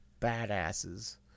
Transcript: badasses